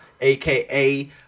aka